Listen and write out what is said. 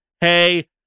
hey